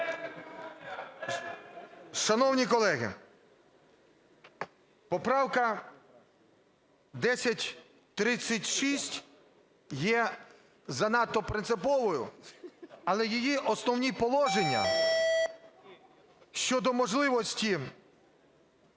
Шановні колеги, поправка 1036 є занадто принциповою. Але її основні положення щодо можливості